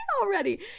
already